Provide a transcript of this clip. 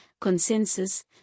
consensus